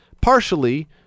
Partially